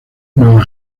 nueva